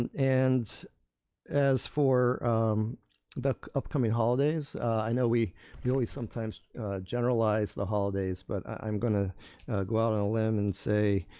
and and as for the upcoming holidays, i know we we always sometimes generalize the holidays, but i'm gonna go out on a limb and say